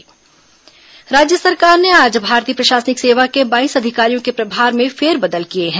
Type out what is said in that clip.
IAS तबादला राज्य सरकार ने आज भारतीय प्रशासनिक सेवा के बाईस अधिकारियों के प्रभार में फेरबदल किए हैं